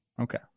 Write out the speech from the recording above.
Okay